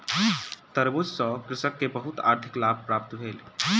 तरबूज सॅ कृषक के बहुत आर्थिक लाभ प्राप्त भेल